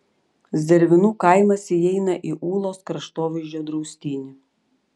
zervynų kaimas įeina į ūlos kraštovaizdžio draustinį